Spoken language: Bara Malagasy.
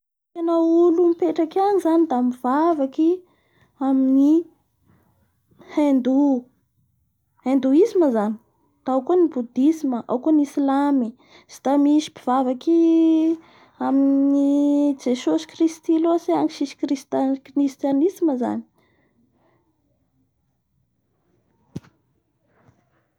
Ny tena olo mipetraky any zany da olo mivavaky amin'ny indou indouisme zany da oa koa ny boudisme da ao koa ny Islame tsy da misy mpivavaky amin'ny jesosy Ckristy otry agny christianisme.